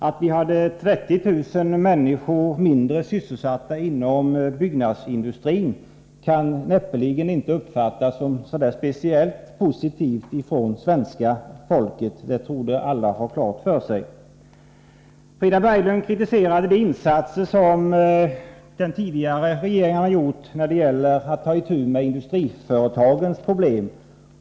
Att vi hade 30 000 färre sysselsatta inom byggnadsindustrin kan näppeligen heller uppfattas som speciellt positivt av svenska folket; det torde alla ha klart för sig. Frida Berglund kritiserade de insatser som de tidigare regeringarna gjorde när man tog itu med industriföretagens problem.